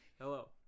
hello